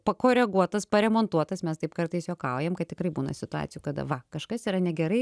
pakoreguotas paremontuotas mes taip kartais juokaujam kad tikrai būna situacijų kada va kažkas yra negerai ir